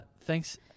Thanks